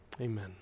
amen